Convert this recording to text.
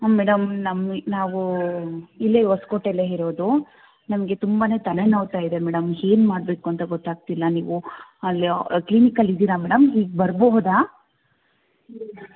ಹಾಂ ಮೇಡಮ್ ನಮ್ಮ ನಾವು ಇಲ್ಲೇ ಹೊಸ್ಕೋಟೆಲೇ ಇರೋದು ನಮಗೆ ತುಂಬಾ ತಲೆನೋವ್ತಾಯಿದೆ ಮೇಡಮ್ ಏನ್ ಮಾಡಬೇಕು ಅಂತ ಗೊತ್ತಾಗ್ತಿಲ್ಲ ನೀವು ಅಲ್ಲಿ ಕ್ಲೀನಿಕಲ್ಲಿ ಇದ್ದೀರಾ ಮೇಡಮ್ ಈಗ ಬರಬಹುದಾ